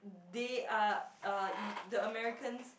they are uh the Americans